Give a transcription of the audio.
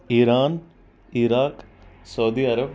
Iran Iraq Saudi Arab